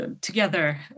together